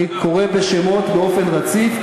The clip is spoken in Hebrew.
אני קורא בשמות באופן רציף.